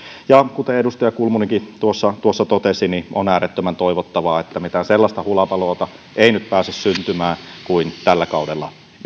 ja kuten edustaja kulmunikin tuossa tuossa totesi on äärettömän toivottavaa että mitään sellaista hulabaloota ei nyt pääse syntymään kuin tällä kaudella